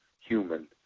human